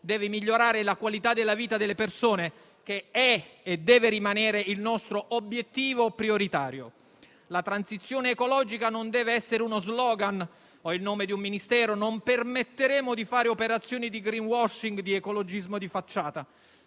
deve migliorare la qualità della vita delle persone, che è e deve rimanere il nostro obiettivo prioritario. La transizione ecologica non deve essere uno *slogan* o il nome di un Ministero; non permetteremo di fare operazioni di *greenwashing* o di ecologismo di facciata,